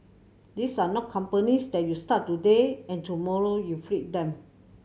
these are not companies that you start today and tomorrow you flip them